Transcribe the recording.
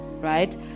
right